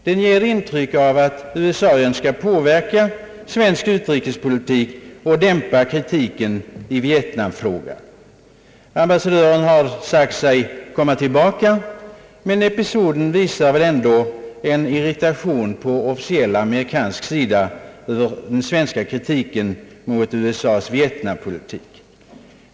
Den ger intryck av att USA önskar påverka svensk utrikespolitik och dämpa kritiken i vietnamfrågan. Ambassadören har sagt att han skall komma tillbaka, men episoden visar ändå irritation på officiell amerikansk sida över den svenska kritiken mot USA:s vietnampolitik.